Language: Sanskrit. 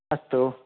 अस्तु